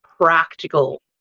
practical